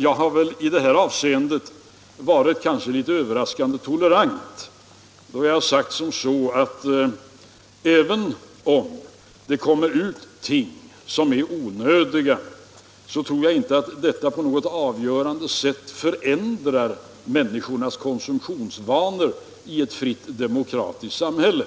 Jag har i det avseendet kanske varit litet överraskande tolerant då jag har sagt: även om det kommer ut ting som är onödiga tror jag inte att detta på något avgörande sätt förändrar människornas konsumtionsvanor i ett fritt demokratiskt samhälle.